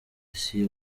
isi